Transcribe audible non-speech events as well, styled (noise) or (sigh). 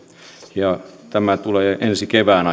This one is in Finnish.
tämä tilintarkastuslaki tulee ensi kevään (unintelligible)